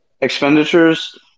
expenditures